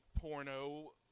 porno